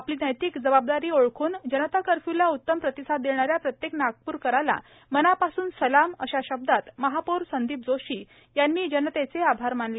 आपली नैतिक जबाबदारी ओळखून जनता कर्फ्यूला उत्तम प्रतिसाद देणाऱ्या प्रत्येक नागप्रकराला मनापासून सलाम अशा शब्दांत महापौर संदीप जोशी यांनी जनतेचे आभार मानले